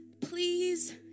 please